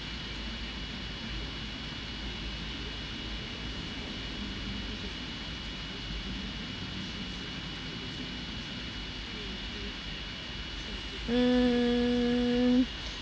mm